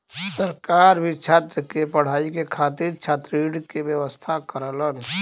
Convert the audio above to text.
सरकार भी छात्र के पढ़ाई के खातिर छात्र ऋण के व्यवस्था करलन